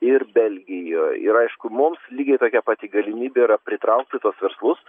ir belgijoj ir aišku mums lygiai tokia pati galimybė yra pritraukti tuos verslus